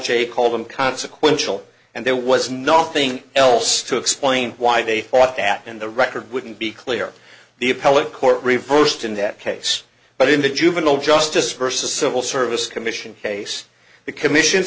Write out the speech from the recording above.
j call them consequential and there was nothing else to explain why they thought that in the record wouldn't be clear the appellate court reversed in that case but in the juvenile justice versus civil service commission case the commission